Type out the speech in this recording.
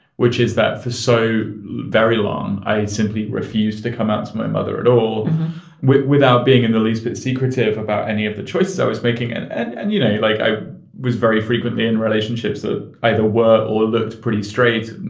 which is that for so very long, i simply refused to come out to my mother at all without being in the least bit secretive about any of the choices i was making. and, and and you know, like i was very frequently in relationships that either were all looked pretty straight.